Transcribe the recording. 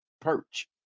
perch